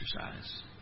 exercise